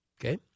Okay